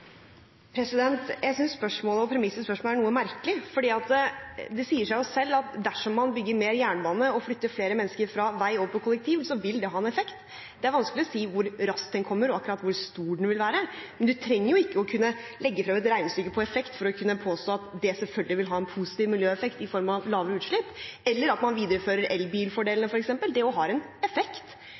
Jeg synes spørsmålet og premissene i spørsmålet er noe merkelig, for det sier seg selv at dersom man bygger mer jernbane og flytter flere mennesker fra vei over på kollektiv, vil det ha en effekt. Det er vanskelig å si hvor raskt den kommer, og akkurat hvor stor den vil være, men man trenger ikke å kunne legge frem et regnestykke på effekt for å kunne påstå at det selvfølgelig vil ha en positiv miljøeffekt i form av lavere utslipp, eller at man viderefører elbilfordelene, f.eks. – at det også har en effekt.